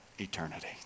eternity